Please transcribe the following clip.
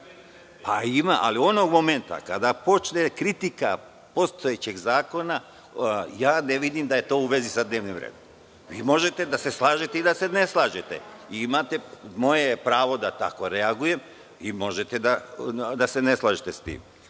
Ali, onog momenta kada počne kritika postojećeg zakona, ne vidim da je to u vezi sa dnevnim redom. Možete da se slažete ili da se ne slažete. Moje je pravo da tako reagujem, a vi možete da se ne slažete sa tim.